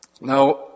Now